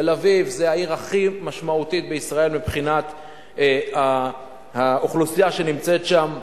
תל-אביב היא העיר הכי משמעותית בישראל מבחינת האוכלוסייה שנמצאת שם.